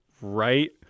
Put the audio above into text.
right